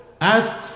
Ask